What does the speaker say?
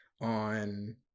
on